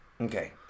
Okay